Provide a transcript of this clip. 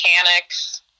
mechanics